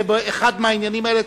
אם זה באחד מהעניינים האלה,